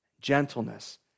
gentleness